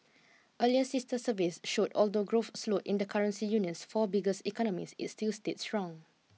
earlier sister surveys showed although growth slowed in the currency union's four biggest economies it still stayed strong